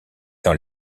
dans